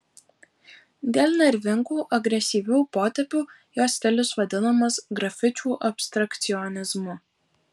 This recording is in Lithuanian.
dėl nervingų agresyvių potėpių jo stilius vadinamas grafičių abstrakcionizmu